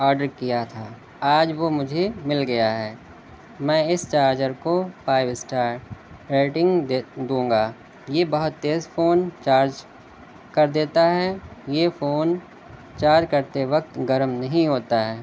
order کیا تھا آج وہ مجھے مل گیا ہے میں اس چارجر کو فائف اسٹار ریٹنگ دے دوں گا یہ بہت تیز فون چارج کر دیتا ہے یہ فون چارج کرتے وقت گرم نہیں ہوتا ہے